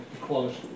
equality